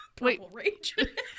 Wait